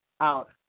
out